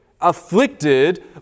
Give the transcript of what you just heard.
afflicted